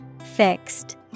Fixed